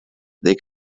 they